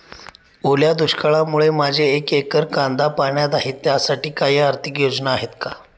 ओल्या दुष्काळामुळे माझे एक एकर कांदा पाण्यात आहे त्यासाठी काही आर्थिक योजना आहेत का?